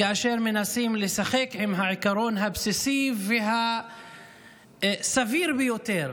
כאשר מנסים לשחק עם העיקרון הבסיסי והסביר ביותר,